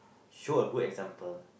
show a good example